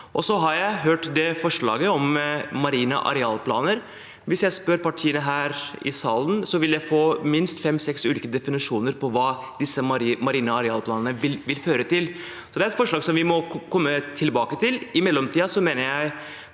Så har jeg hørt det forslaget om marine arealplaner. Hvis jeg spør partiene her i salen, vil jeg få minst femseks ulike definisjoner på hva disse marine arealplanene vil føre til. Det er et forslag som vi må komme tilbake til. I mellomtiden mener jeg